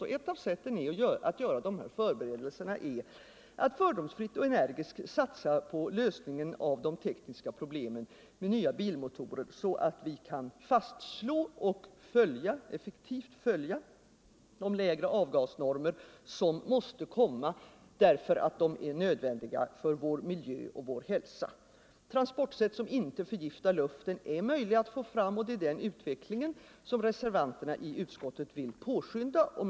Och ett av sätten att göra dessa förberedelser är att fördomsfritt och energiskt satsa på lösningen av de tekniska problemen med nya bilmotorer, så att vi kan fastslå och effektivt följa de lägre avgasnormer som måste komma därför att de är nödvändiga för vår miljö och vår hälsa. Transportsätt som inte förgiftar luften är möjliga att få fram, och det är den utvecklingen som reservanterna i utskottet vill påskynda. Herr talman!